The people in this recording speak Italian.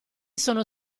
sono